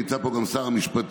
נמצא פה גם שר המשפטים,